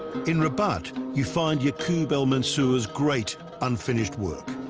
in rabat, you find yacub al mansour's great unfinished work.